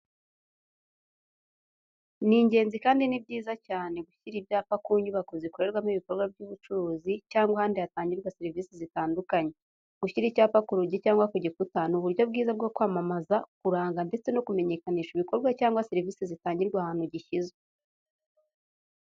Ni ingenzi kandi ni byiza cyane gushyira ibyapa ku nyubako zikorerwamo ibikorwa by'ubucuruzi cyangwa ahandi hatangirwa serivise zitandukanye, gushyira icyapa ku rugi cyangwa ku gikuta ni uburyo bwiza bwo kwamamaza, kuranga ndetse no kumenyekanisha ibikorwa cyangwa serivise zitangirwa ahantu gishyizwe.